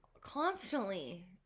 Constantly